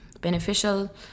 beneficial